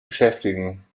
beschäftigen